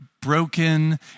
broken